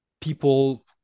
people